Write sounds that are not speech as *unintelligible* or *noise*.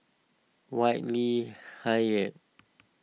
Whitley *unintelligible*